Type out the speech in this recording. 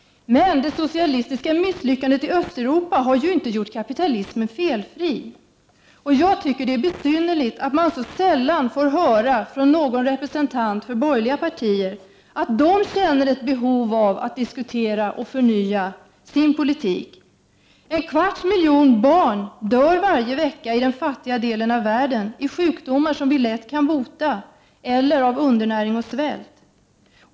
Det socialistiska misslyckandet i Östeuropa innebär emellertid inte att kapitalismen är felfri. Det är enligt min mening besynnerligt att man så sällan får höra representanter för de borgerliga partierna säga att de känner ett behov av att diskutera och förnya sin politik. En kvarts miljon barn dör varje vecka i den fattiga delen av världen, i sjukdomar som vi lätt kan bota eller i undernäring och svält.